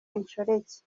inshoreke